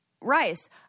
Rice